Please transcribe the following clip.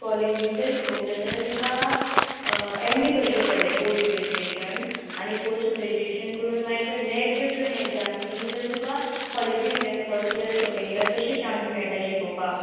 कॉलिजीन जर शिकोवक जाय जाल्यार तुका एम ए करचीं पडलें पोस्ट ग्रॅज्युएशन आनी पोस्ट ग्रॅज्युएशन करून मागीर तूं नॅट जर तुयें एग्झाम दिली जाल्यार तुका कॉलेजींतल्या फस्ट इयर सॅकॅड इयर तशें चान्स मेळटा शिकोपाक